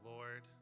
Lord